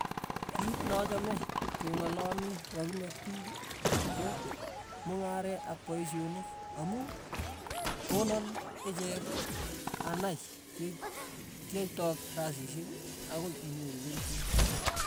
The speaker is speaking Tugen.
Kit nachame keng'alali ya kimii ak piik ko mung'aret ak poishonik, amu konaan ichek anai ki- kiyaitai kasishek akoi inyoru kelchin.